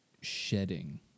shedding